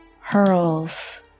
hurls